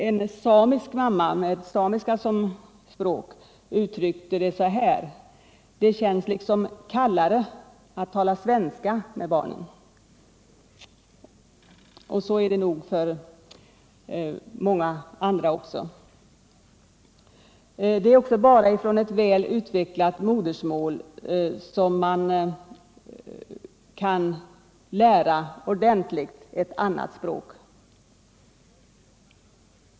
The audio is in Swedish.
En samisk mamma — alltså en mamma med samiska som språk — uttryckte det så här: ”Det känns liksom kallare att tala svenska med barnen.” Så är det nog också för många andra. Det är också bara från ett väl utvecklat modersmål som man kan lära ett annat språk ordentligt.